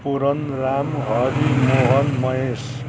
Puran Ram Hari Mohan Mahesh